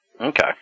Okay